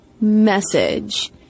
message